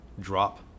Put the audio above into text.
drop